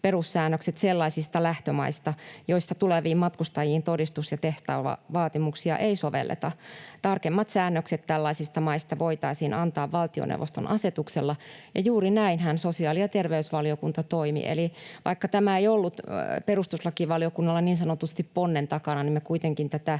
perussäännökset sellaisista lähtömaista, joista tuleviin matkustajiin todistus- tai testausvaatimuksia ei sovelleta. Tarkemmat säännökset tällaisista maista voitaisiin antaa valtioneuvoston asetuksella.” Ja juuri näinhän sosiaali- ja terveysvaliokunta toimi. Eli vaikka tämä ei ollut perustuslakivaliokunnalla niin sanotusti ponnen takana, niin me kuitenkin tätä